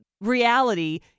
reality